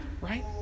right